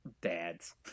dads